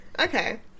Okay